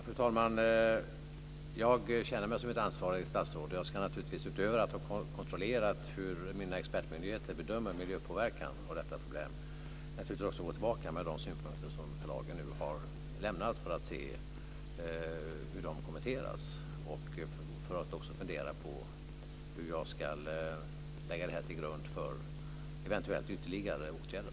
Fru talman! Jag känner mig som ett ansvarigt statsråd. Jag ska naturligtvis utöver att kontrollera hur mina expertmyndigheter bedömer miljöpåverkan och detta problem också gå tillbaka med de synpunkter som Per Lager nu har lämnat för att se hur de kommenteras. Jag ska också fundera på hur jag ska lägga det till grund för eventuella ytterligare åtgärder.